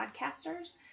podcasters